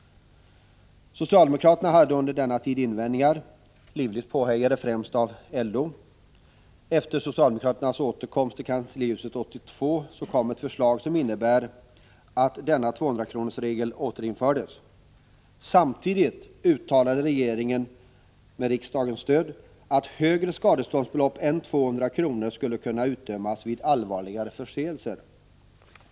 Socialdemokraterna hade under denna tid invändningar, livligt påhejade främst av LO. Efter socialdemokraternas återkomst till kanslihuset 1982 kom det ett förslag som innebar att denna 200-kronorsregel återinfördes. Samtidigt uttalade regeringen med riksdagens stöd att högre skadeståndsbelopp än 200 kr. skulle kunna utdömas vid allvarligare förseelser.